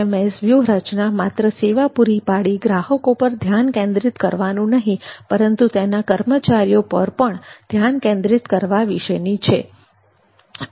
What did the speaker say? PMS વ્યૂહરચના માત્ર સેવા પૂરી પાડી ગ્રાહકો પર ધ્યાન કેન્દ્રિત કરવાનું નહીં પરંતુ તેના કર્મચારીઓ પર પણ ધ્યાન કેન્દ્રિત કરવા વિશેની હોવી જોઈએ